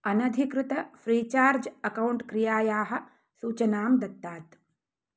अनधिकृत Freecharge account क्रियायाः सूचनां दत्तात्